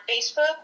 Facebook